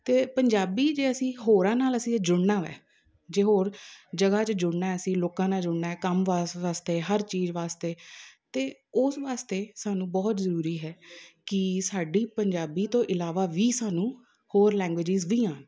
ਅਤੇ ਪੰਜਾਬੀ ਜੇ ਅਸੀਂ ਹੋਰਾਂ ਨਾਲ ਅਸੀਂ ਜੇ ਜੁੜਨਾ ਵਾ ਜੇ ਹੋਰ ਜਗ੍ਹਾ 'ਚ ਜੁੜਨਾ ਹੈ ਅਸੀਂ ਲੋਕਾਂ ਨਾਲ ਜੁੜਨਾ ਹੈ ਕੰਮ ਵਾਸ ਵਾਸਤੇ ਹਰ ਚੀਜ਼ ਵਾਸਤੇ ਤਾਂ ਉਸ ਵਾਸਤੇ ਸਾਨੂੰ ਬਹੁਤ ਜ਼ਰੂਰੀ ਹੈ ਕਿ ਸਾਡੀ ਪੰਜਾਬੀ ਤੋਂ ਇਲਾਵਾ ਵੀ ਸਾਨੂੰ ਹੋਰ ਲੈਂਗੂਏਜ਼ਿਸ ਵੀ ਆਉਣ